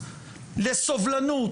לסובלנות,